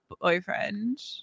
boyfriend